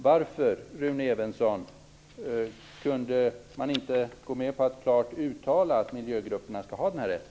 Varför, Rune Evensson, kunde man inte gå med på att klart uttala att miljögrupperna skall ha denna rätt?